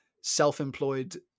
self-employed